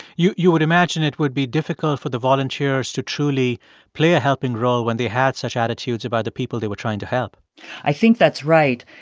you you would imagine it would be difficult for the volunteers to truly play a helping role when they had such attitudes about the people they were trying to help i think that's right.